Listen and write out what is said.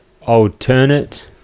alternate